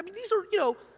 these are, you know?